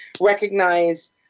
recognize